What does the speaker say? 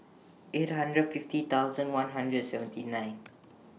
eight hundred fifty thousand one hundred seventy nine